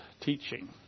teaching